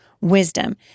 wisdom